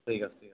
ঠিক আছে ঠিক আছে